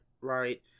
right